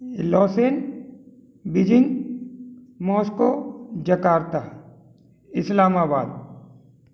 Lausanne Beijing Moscow Jakarta Islamabad